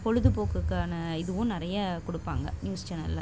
பொழுதுபோக்குக்கான இதுவும் நிறையா கொடுப்பாங்க நியூஸ் சேனலில்